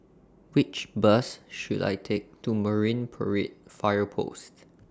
Which Bus should I Take to Marine Parade Fire Post